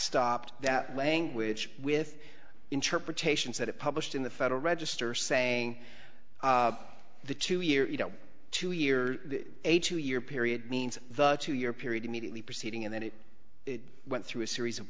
backstopped that language with interpretations that it published in the federal register saying the two year you know two year a two year period means the two year period immediately preceding and then it went through a series of